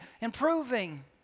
improving